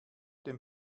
dem